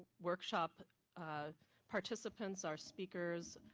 workshop participants, our speakers,